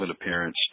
appearance